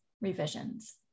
revisions